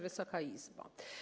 Wysoka Izbo!